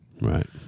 Right